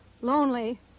lonely